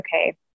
okay